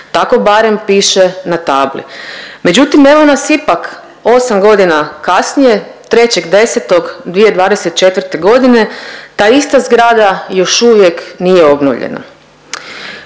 tako barem piše na tabli. Međutim, evo nas ipak 8 godina kasnije, 3.10.2024. g. ta ista zgrada još uvijek nije obnovljena.